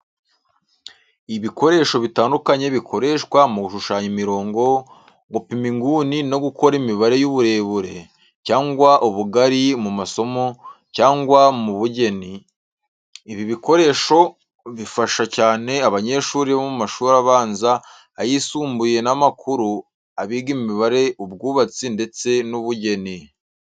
Ibikoresho bitandukanye bikoreshwa mu gushushanya imirongo, gupima inguni no gukora imibare y’uburebure cyangwa ubugari mu masomo cyangwa mu bugeni. Ibi bikoresho bifasha cyane abanyeshuri bo mu mashuri abanza, ayisumbuye n'amakuru, abiga imibare, ubwubatsi, ndetse n’ubugeni.